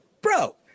bro